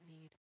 need